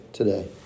today